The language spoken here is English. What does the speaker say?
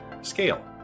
scale